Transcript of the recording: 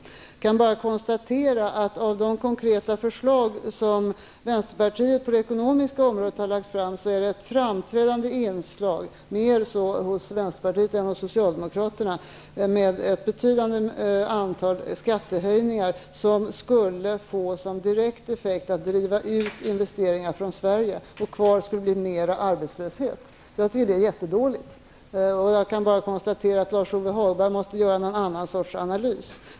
Jag kan bara konstatera att ett framträdande inslag i de konkreta förslag som Vänsterpartiet har lagt fram på det ekonomiska området -- mer så hos Vänsterpartiet än hos Socialdemokraterna -- är ett betydande antal skattehöjningar, som skulle få som direkt effekt att driva ut investeringar från Sverige. Kvar skulle bli mer av arbetslöshet. Jag tycker att det är jättedåligt. Jag kan bara konstatera att Lars Ove Hagberg måste göra någon annan sorts analys.